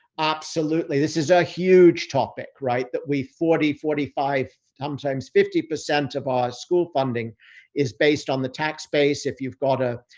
absolutely. this is a huge topic, right? that we, forty forty five, sometimes fifty percent of our school funding is based on the tax base. if you've got a,